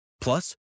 Plus